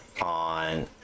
on